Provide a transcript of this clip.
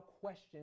question